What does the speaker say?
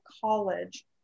college